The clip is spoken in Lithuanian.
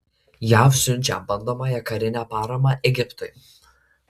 jav siunčia bandomąją karinę paramą egiptui